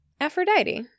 Aphrodite